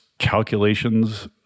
calculations